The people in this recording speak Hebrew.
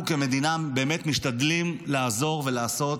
אנחנו כמדינה באמת משתדלים לעזור ולעשות,